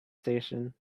station